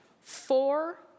four